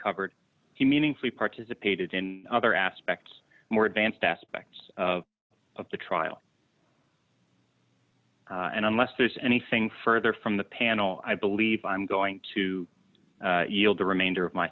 covered he meaningfully participated in other aspects more advanced aspects of the trial and unless there's anything further from the panel i believe i'm going to yield the remainder of my